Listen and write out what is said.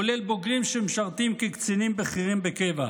כולל בוגרים שמשרתים כקצינים בכירים בקבע.